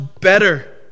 better